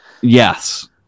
Yes